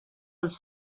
els